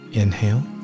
inhale